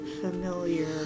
familiar